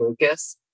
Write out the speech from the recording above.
Lucas